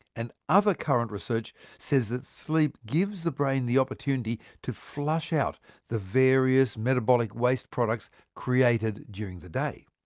and other current research says that sleep gives the brain the opportunity to flush out the various metabolic waste products created during the day.